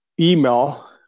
email